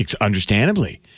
understandably